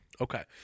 okay